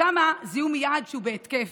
שם זיהו מייד שהוא בהתקף,